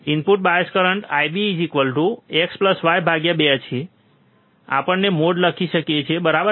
input bias current IBxy 2 છે આપણે mod લખી શકીએ છીએ બરાબર